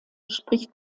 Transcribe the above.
spricht